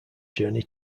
journey